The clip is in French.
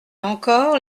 encore